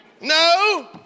No